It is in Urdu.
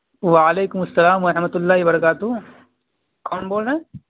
وعلیکم السلام و رحمۃ اللہ برکاتہ کون بول رہے ہیں